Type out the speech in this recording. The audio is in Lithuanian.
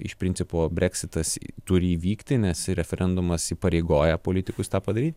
iš principo breksitas turi įvykti nes referendumas įpareigoja politikus tą padaryt